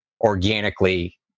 organically